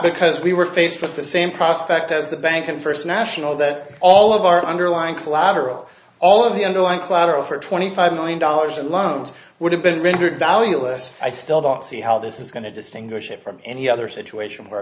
because we were faced with the same prospect as the bank and first national debt all of our underlying collateral all of the underlying collateral for twenty five million dollars in loans would have been rendered valueless i still don't see how this is going to distinguish it from any other situation where